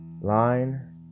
line